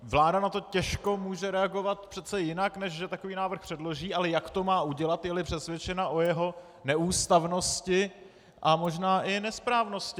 Vláda na to těžko může reagovat jinak, než že takový návrh předloží, ale jak to má udělat, jeli přesvědčena o jeho neústavnosti a možná i nesprávnosti.